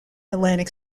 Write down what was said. atlantic